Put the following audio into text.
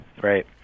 Right